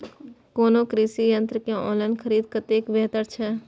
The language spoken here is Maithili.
कोनो कृषि यंत्र के ऑनलाइन खरीद कतेक बेहतर छै?